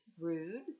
rude